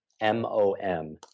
M-O-M